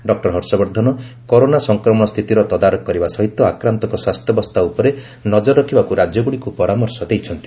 doctor Harshvardhan corona ସଂକ୍ରମଣ ସ୍ଥିତିର ତଦାରଖ କରିବା ସହିତ ଆକ୍ରାନ୍ତଙ୍କ ସ୍ୱାସ୍ଥ୍ୟାବସ୍ଥା ଉପରେ ନଜର ରଖିବାକୁ ରାଜ୍ୟଗୁଡ଼ିକୁ ପରାମର୍ଶ ଦେଇଛନ୍ତି